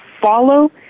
follow